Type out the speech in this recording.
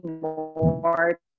more